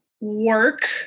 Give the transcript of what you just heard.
work